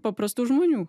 paprastų žmonių